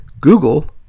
Google